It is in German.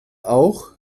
auch